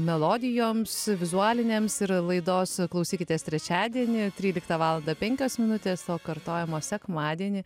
melodijoms vizualinėms ir laidos klausykitės trečiadienį tryliktą valandą penkios minutės o kartojimo sekmadienį